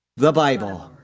the bible.